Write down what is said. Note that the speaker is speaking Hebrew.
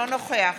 אינו נוכח